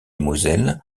moselle